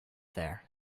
there